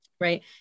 right